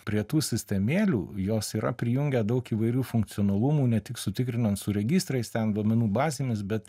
prie tų sistemėlių jos yra prijungę daug įvairių funkcionalumų ne tik sutikrinant su registrais ten duomenų bazėmis bet